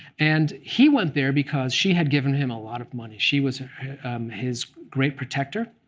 and he went there because she had given him a lot of money. she was his great protector.